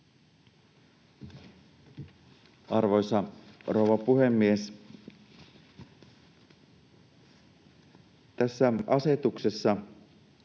Arvoisa rouva puhemies! Tässä asetuksessa